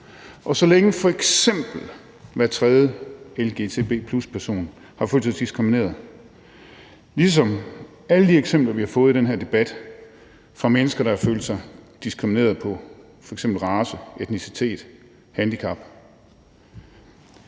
Og så længe f.eks. hver tredje lgbt+-person har følt sig diskrimineret, ligesom det gælder i alle de eksempler, vi har fået i den her debat, fra mennesker, der har følt sig diskrimineret på grund af f.eks. race, etnicitet, handicap,